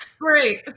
Great